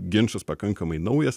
ginčas pakankamai naujas